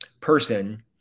person